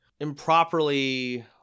improperly